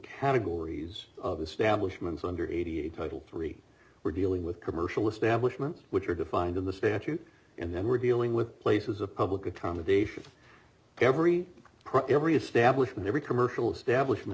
categories of establishments under eighty eight dollars title three we're dealing with commercial establishment which are defined in the statute and then we're dealing with places of public accommodation every print every establishment every commercial establishment